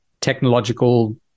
technological